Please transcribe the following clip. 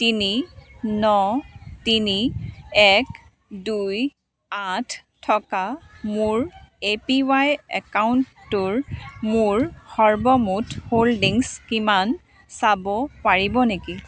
তিনি ন তিনি এক দুই আঠ থকা মোৰ এ পি ৱাই একাউণ্টটোৰ মোৰ সৰ্বমুঠ হোল্ডিংছ কিমান চাব পাৰিব নেকি